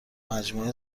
مجموع